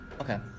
Okay